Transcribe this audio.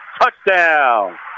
Touchdown